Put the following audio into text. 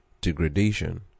degradation